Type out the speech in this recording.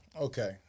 Okay